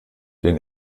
den